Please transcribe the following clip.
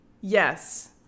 yes